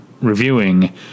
reviewing